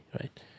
right